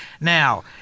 Now